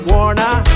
Warner